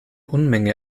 unmenge